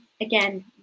again